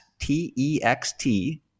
T-E-X-T